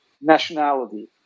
nationality